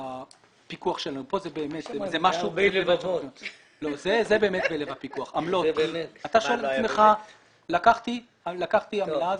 הפיקוח זה באמת בלב הפיקוח אתה שואל את עצמך לקחתי עמלה,